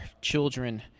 children